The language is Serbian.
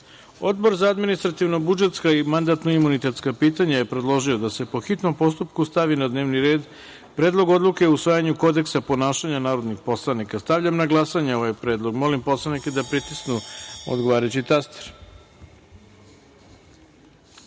za administrativno-budžetska i mandatno-imunitetska pitanja je predložio da se, po hitnom postupku, stavi na dnevni red Predlog odluke o usvajanju Kodeksa ponašanja narodnih poslanika. Stavljam na glasanje ovaj predlog. Molim poslanike da pritisnu odgovarajući